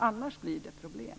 Annars blir det problem.